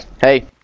Hey